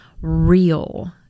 real